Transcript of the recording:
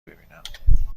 ببینم